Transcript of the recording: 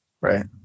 Right